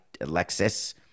Alexis